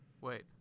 Wait